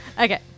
okay